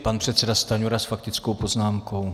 Pan předseda Stanjura s faktickou poznámkou.